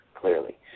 clearly